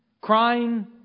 crying